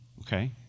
okay